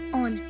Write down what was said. on